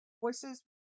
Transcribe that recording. voices